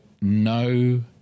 No